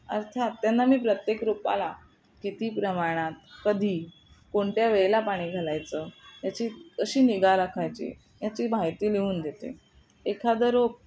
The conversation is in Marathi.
अर्थात त्यांना मी प्रत्येक रोपाला किती प्रमाणात कधी कोणत्या वेळेला पाणी घालायचं याची कशी निगा राखायची याची माहिती लिहून देते एखादं रोप